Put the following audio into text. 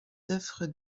œuvres